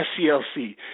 SCLC